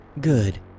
Good